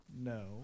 No